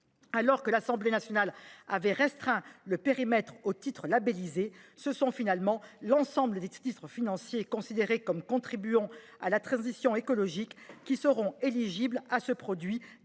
alors que l’Assemblée nationale avait restreint le périmètre aux titres labellisés, l’ensemble des titres financiers considérés comme contribuant à la transition écologique seront finalement éligibles à ce produit destiné